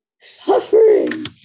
suffering